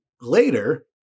later